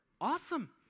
awesome